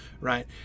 right